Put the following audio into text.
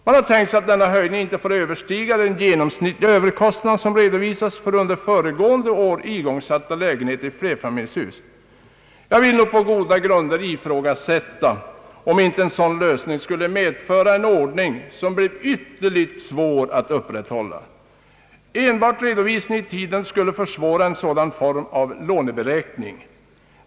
Man har tänkt sig att höjningen inte får överstiga den genomsnittliga överkostnad som redovisas för under föregående år igångsatta lägenheter i flerfamiljshus. Jag vill på goda grunder ifrågasätta, om inte en sådan lösning skulle medföra en ordning som blir ytterligt svår att upprätthålla. Enbart redovisningen i tiden skulle försvåra en sådan form av låneberäkning.